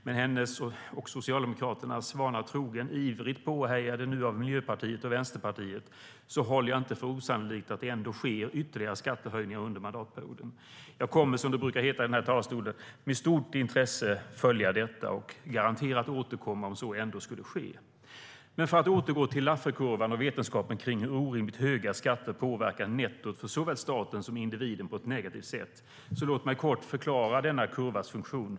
Men med hennes och Socialdemokraternas vana trogen - ivrigt påhejade av Miljöpartiet och Vänsterpartiet - håller jag det inte för osannolikt att det ändå sker ytterligare skattehöjningar under mandatperioden. Jag kommer att - som det brukar heta i den här talarstolen - med stort intresse följa detta. Jag garanterar att jag återkommer om så ändå skulle ske. För att återgå till Lafferkurvan och vetenskapen om hur orimligt höga skatter påverkar nettot för såväl staten som individen på ett negativt sätt, vill jag kort förklara denna kurvas funktion.